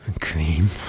Cream